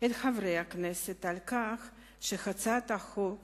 ואת חברי הכנסת על כך שהצעת חוק